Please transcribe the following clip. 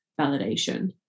validation